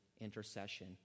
intercession